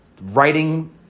writing